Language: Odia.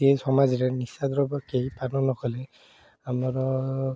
ଏ ସମାଜରେ ନିଶାଦ୍ରବ୍ୟ କେହି ପାନ ନ କଲେ ଆମର